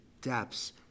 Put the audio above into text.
depths